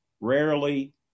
Rarely